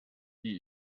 die